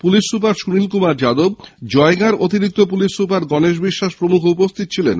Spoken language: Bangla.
পুলিশ সুপার সুনীল কুমার যাদব জয়গাঁ র অতিরিক্ত পুলিশ সুপার গণেশ বিশ্বাস প্রমুখ উপস্থিত ছিলেন